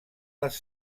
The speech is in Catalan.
les